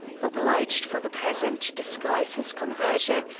obliged for the present to disguise his conversion,